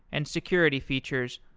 and security features,